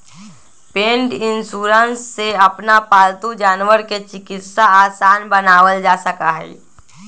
पेट insurance से अपन पालतू जानवर के चिकित्सा आसान बनावल जा सका हई